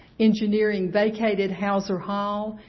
engineering vacated houser hall.